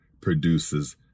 produces